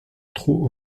trop